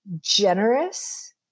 generous